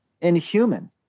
inhuman